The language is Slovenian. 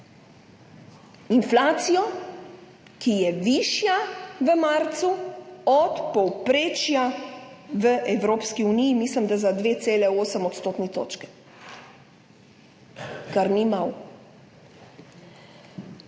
inflacijo, ki je v marcu višja od povprečja v Evropski uniji, mislim, da za 2,8 odstotne točke, kar ni malo.